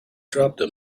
dropped